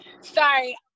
sorry